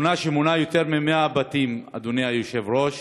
שכונה שמונה יותר מ-100 בתים, אדוני היושב-ראש,